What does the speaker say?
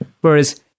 Whereas